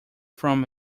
from